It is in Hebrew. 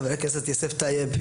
חבר הכנסת יוסף טייב,